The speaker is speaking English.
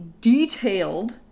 detailed